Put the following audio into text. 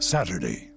Saturday